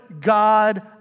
God